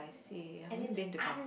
I see I haven't been to